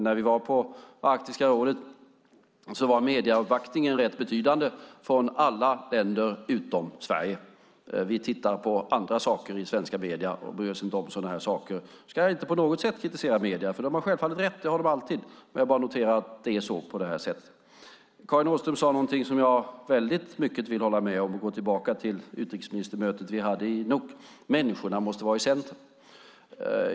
När vi var på Arktiska rådet var medieuppbackningen rätt betydande från alla länder utom Sverige. Vi tittar på andra saker i svenska medier och bryr oss inte om sådant. Jag ska inte på något sätt kritisera medierna, för de har självfallet rätt; det har de alltid. Jag bara noterar att det är på det sättet. Karin Åström sade någonting som jag håller med om väldigt mycket och som går tillbaka till utrikesministermötet vi hade i Nuuk: Människorna måste vara i centrum.